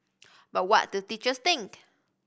but what do teachers think